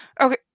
Okay